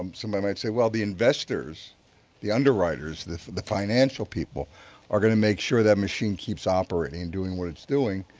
um somebody might say, well, the investors the underwriters, the the financial people are going to make sure that the machine keeps operating doing what it's doing.